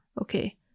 Okay